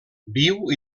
viu